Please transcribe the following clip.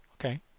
okay